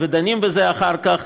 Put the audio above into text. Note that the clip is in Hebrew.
ודנים בזה אחר כך.